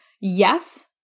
yes